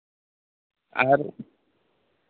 ᱟᱨ